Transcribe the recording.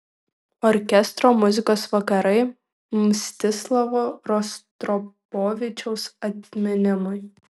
orkestro muzikos vakarai mstislavo rostropovičiaus atminimui